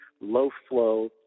low-flow